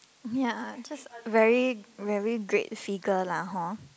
ya just very very great figure lah hor